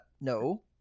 No